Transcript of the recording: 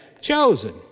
chosen